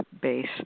base